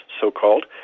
so-called